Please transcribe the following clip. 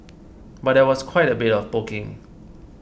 but there was quite a bit of poking